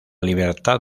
libertad